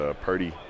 Purdy